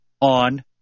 on